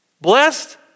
Blessed